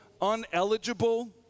uneligible